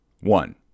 one